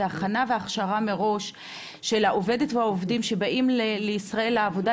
זה הכנה והכשרה מראש של העובדת והעובדים שבאים לישראל לעבודה,